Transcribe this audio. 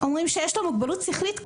אומרים שיש לו מוגבלות שכלית קלה,